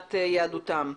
לבחינת יהדותם.